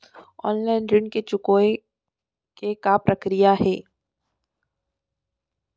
Online ऋण चुकोय के का प्रक्रिया हे?